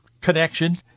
connection